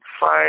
fight